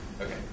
Okay